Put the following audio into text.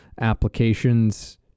applications